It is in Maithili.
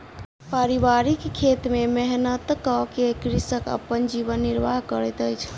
पारिवारिक खेत में मेहनत कअ के कृषक अपन जीवन निर्वाह करैत अछि